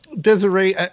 Desiree